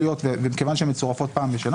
מכיוון שהן מצורפות פעם בשנה,